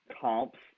comps